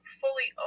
fully